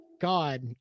God